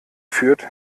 führt